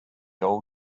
all